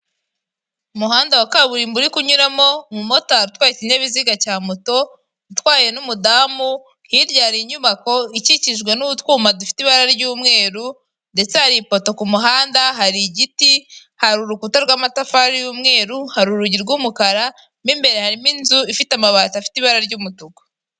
Umuhanda wa kaburimbo uri kunyuramo umumotari utwaye ikinyabiziga cya moto, utwaye n'umudamu, hirya hari inyubako ikikijwe n'utwuyuma dufite ibara ry'umweru, ndetse hari ipoto ku muhanda, hari igiti, hari urukuta rw'amatafari y'umweru, hari urugi rw'umukara mo imbere harimo inzu ifite amabati afite ibara ry'umutuku.